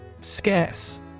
Scarce